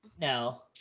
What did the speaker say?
no